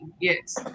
Yes